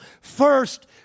First